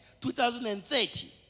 2030